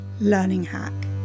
learninghack